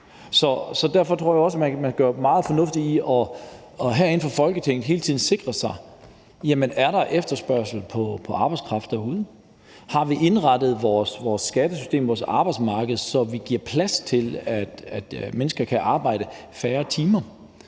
Derfor tror jeg også, man gør fornuftigt i her fra Folketingets side hele tiden at sikre sig, om der er efterspørgsel på arbejdskraft derude, om vi har indrettet vores skattesystem, vores arbejdsmarked, så vi giver plads til, at mennesker kan arbejde færre timer.